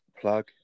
plug